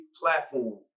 platform